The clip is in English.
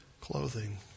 clothing